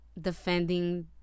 defending